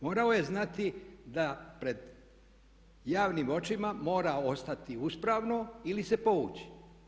Morao je znati da pred javnim očima mora ostati uspravno ili se povući.